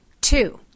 Two